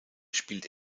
spielt